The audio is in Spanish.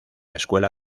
escuela